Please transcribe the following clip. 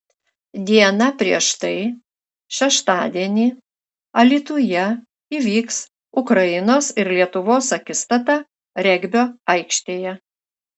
diena prieš tai šeštadienį alytuje įvyks ukrainos ir lietuvos akistata regbio aikštėje